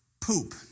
Poop